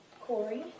Corey